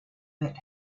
that